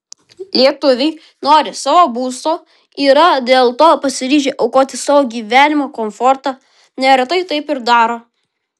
lietuviai nori savo būsto yra dėl to pasiryžę aukoti savo gyvenimo komfortą neretai taip ir daro